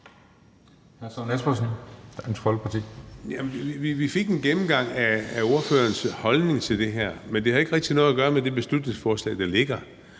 Vi fik en gennemgang af ordførerens holdning til det her, men det havde ikke rigtig noget at gøre med det beslutningsforslag, der ligger,